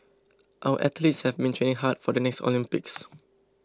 our athletes have been training hard for the next Olympics